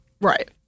right